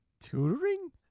tutoring